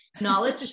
knowledge